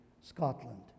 Scotland